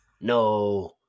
No